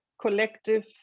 Collective